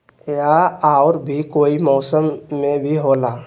या और भी कोई मौसम मे भी होला?